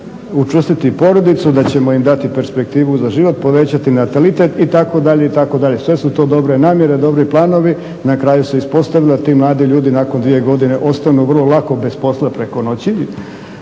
učvrstiti porodicu, da ćemo im dati perspektivu za život, povećati natalitet itd. itd. Sve su to dobre namjere, dobri planovi. Na kraju se ispostavilo da ti mladi ljudi nakon dvije godine ostanu vrlo lako bez posla preko noći